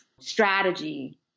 strategy